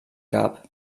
gab